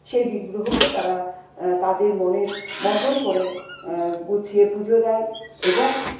সেই বিগ্রহকে তারা তাদের মনের মতন করে গুছিয়ে পুজো দেয় এবং